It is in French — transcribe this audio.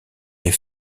les